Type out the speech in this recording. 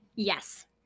Yes